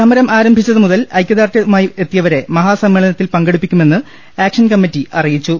സമരം ആരംഭിച്ചത് മുതൽ ഐക്യ ദാർഢ്യവുമായി എത്തിയവരെ മഹാ സമ്മേളനത്തിൽ പങ്കെടുപ്പിക്കുമെന്ന് ആക്ഷൻ കമ്മിറ്റി അറിയിച്ചു